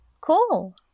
Cool